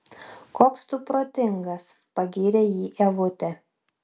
koks tu protingas pagyrė jį ievutė